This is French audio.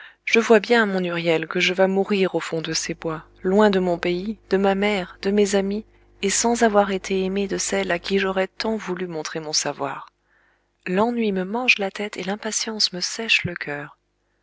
je vois bien mon huriel que je vas mourir au fond de ses bois loin de mon pays de ma mère de mes amis et sans avoir été aimé de celle à qui j'aurais tant voulu montrer mon savoir l'ennui me mange la tête et l'impatience me sèche le coeur